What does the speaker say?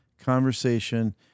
conversation